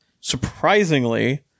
surprisingly